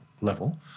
level